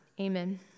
Amen